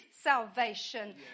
salvation